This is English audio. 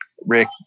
Rick